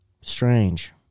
Strange